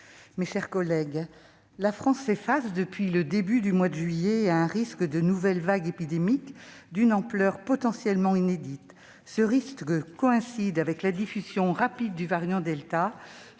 mes chers collègues, la France fait face, depuis le début du mois de juillet, au risque d'une nouvelle vague épidémique d'une ampleur potentiellement inédite. Ce risque coïncide avec la diffusion rapide du variant delta,